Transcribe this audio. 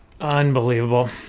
Unbelievable